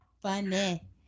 Funny